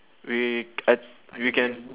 we we can